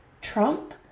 Trump